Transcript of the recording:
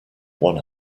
one